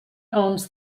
owns